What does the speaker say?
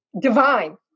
divine